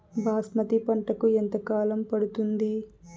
బాస్మతి పంటకు ఎంత కాలం పడుతుంది?